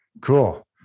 cool